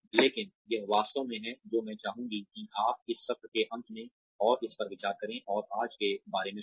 लेकिन यह वास्तव में है जो मैं चाहूँगी कि आप इस सत्र के अंत में और इस पर विचार करें और आज के बारे में सोचें